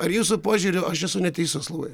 ar jūsų požiūriu aš esu neteisus labai